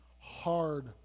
hard